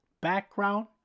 background